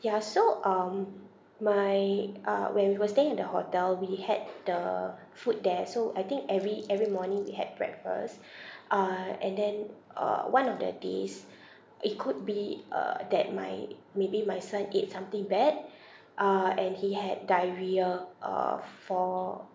ya so um my uh when we were staying in the hotel we had the food there so I think every every morning we had breakfast uh and then uh one of the days it could be uh that my maybe my son ate something bad uh and he had diarrhea uh for